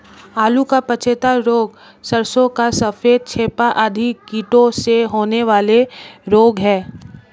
आलू का पछेता रोग, सरसों का सफेद चेपा आदि कीटों से होने वाले रोग हैं